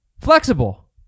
flexible